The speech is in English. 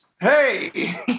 hey